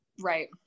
Right